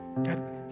God